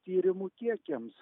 tyrimų kiekiams